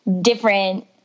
different